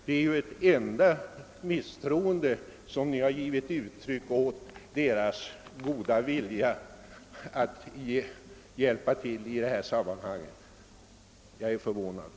Det är ju ett enda misstroende mot dess goda vilja i detta sammanhang, som ni har givit uttryck åt.